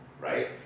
right